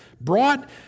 brought